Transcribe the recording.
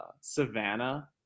Savannah